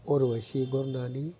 Urvashi Gomnani